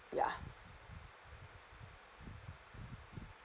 yeah